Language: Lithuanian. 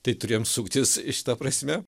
tai turėjom suktis šita prasme